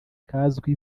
kazwi